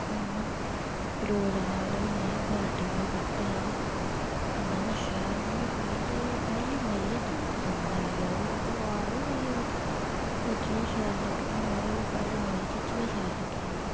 अ बा इ'यां रोज लाने आह्ला बी नहा पार्टीवियर कुरता हा इन्ना शैल मिगी पैह्ले पैह्ली नजरे च गै पसंद आई गेआ ओह् तो आखदे निं अगर कोई चीज शैल लग्गनी होऐ ते ओह् पैह्ली नजरी च गै शैल लग्गी जंदी